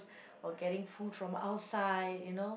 or getting food from outside you know